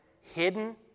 hidden